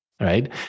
right